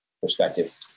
perspective